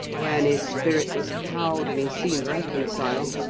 when his spirit was cowed, and he seemed reconciled,